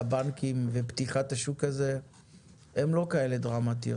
הבנקים ובפתיחת השוק הזה הן לא כאלה דרמטיות